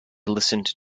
listened